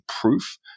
proof